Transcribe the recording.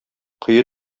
кое